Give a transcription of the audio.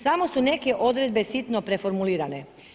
Samo su neke odredbe sitno preformulirane.